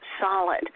solid